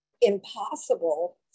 impossible